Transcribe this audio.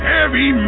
Heavy